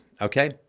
Okay